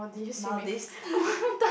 Maldives